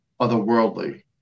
otherworldly